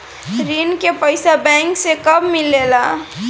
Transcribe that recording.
ऋण के पइसा बैंक मे कब मिले ला?